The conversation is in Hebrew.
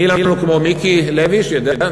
מי לנו כמו מיקי לוי שיודע.